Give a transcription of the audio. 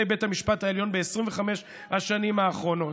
בית המשפט העליון ב-25 השנים האחרונות.